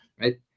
right